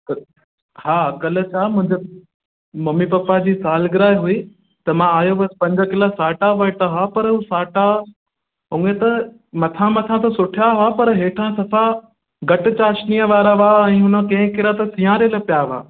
त हा कल्ह छा मुंहिंजो मम्मी पापा जी सालगिरह हुई त मां हुउसि पंज किला साटा वरिता हा पर हू साटा उहे त मथां मथां त सुठा हुआ पर हेठां सफ़ा घटि चाशिनीअ वारा हुआ ऐं हुन खे कंहिं किरत सिंयारल पिया हुआ